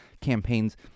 campaigns